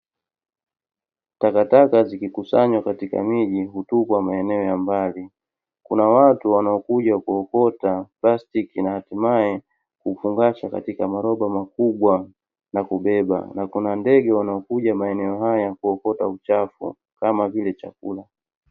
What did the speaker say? Takataka zikikusanywa katika miji hutupwa maeneo ya mbali, kuna watu wanaokuja kuokota plastiki na hatimaye kufungasha katika maroba makubwa na kubeba. Na kuna ndege wanaokuja maeneo hayo kuokota uchafu kama vile chakula.